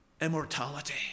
immortality